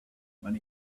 when